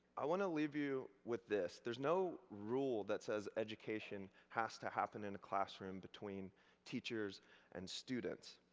i want to leave you with this. there is no rule that says education has to happen in a classroom between teachers and students.